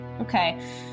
Okay